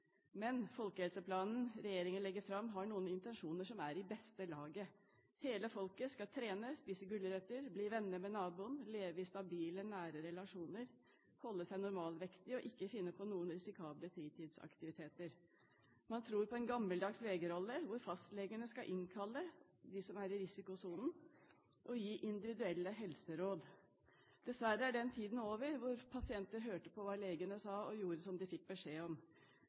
Men folkehelseplanen regjeringen legger fram, har noen intensjoner som er i beste laget: Hele folket skal trene, spise gulrøtter, bli venner med naboen, leve i stabile, nære relasjoner, holde seg normalvektige og ikke finne på noen risikable fritidsaktiviteter. Man tror på en gammeldags legerolle, hvor fastlegene skal innkalle dem som er i risikosonen, og gi individuelle helseråd. Dessverre er den tiden over da pasienter hørte på hva legene sa, og gjorde som de fikk beskjed om.